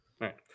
Right